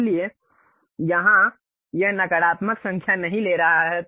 इसलिए यहां यह नकारात्मक संख्या नहीं ले रहा है